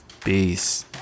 peace